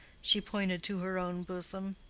she pointed to her own bosom.